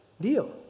deal